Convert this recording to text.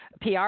PR